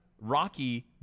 Rocky